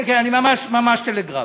כן, כן, ממש טלגרפית.